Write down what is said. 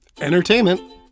entertainment